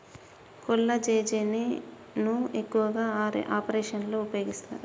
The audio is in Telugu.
కొల్లాజెజేని ను ఎక్కువగా ఏ ఆపరేషన్లలో ఉపయోగిస్తారు?